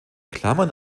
klammern